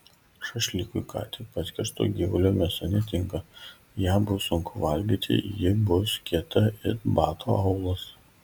šašlykui ką tik paskersto gyvulio mėsa netinka ją bus sunku valgyti ji bus kieta it bato aulas